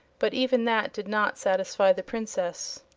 but even that did not satisfy the princess.